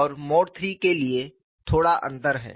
और mode III के लिए थोड़ा अंतर है